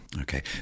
Okay